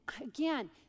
again